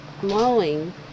glowing